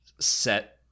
set